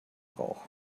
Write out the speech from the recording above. rauch